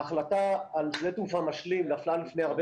ההחלטה על שדה תעופה משלים נפלה לפני הרבה